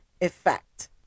effect